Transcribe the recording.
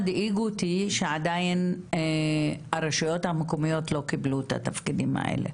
מדאיג אותי שעדיין הרשויות המקומיות לא קיבלו את התפקידים האלה.